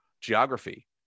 geography